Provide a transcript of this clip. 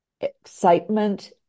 excitement